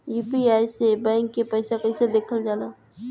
UPI से bank के पैसा कैसे देखल जाला?